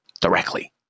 directly